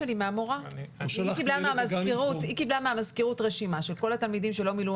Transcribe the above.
היא קיבלה מהמזכירות רשימה של כל התלמידים עבורם לא מילאו